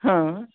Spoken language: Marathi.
हां